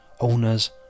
owners